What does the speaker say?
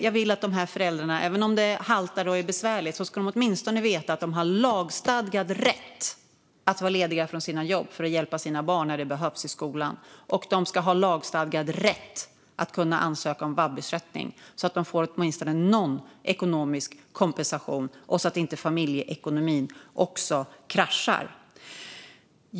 Jag vill att dessa föräldrar, även om det haltar och är besvärligt, åtminstone ska veta att de har lagstadgad rätt att vara lediga från sina jobb för att hjälpa sina barn när det behövs i skolan, och de ska ha lagstadgad rätt att ansöka om vab-ersättning så att de får åtminstone någon ekonomisk kompensation för att inte familjeekonomin också ska krascha.